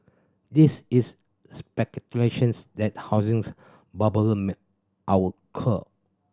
this is speculations that housings bubble may our occur